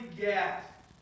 get